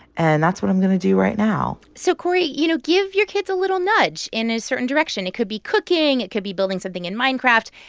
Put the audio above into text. and that's what i'm going to do right now so, cory, you know, give your kids a little nudge in a certain direction. it could be cooking. it could be building something in minecraft,